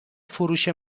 فروش